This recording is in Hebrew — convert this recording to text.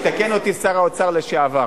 יתקן אותי שר האוצר לשעבר.